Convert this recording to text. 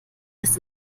ist